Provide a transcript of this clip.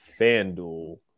FanDuel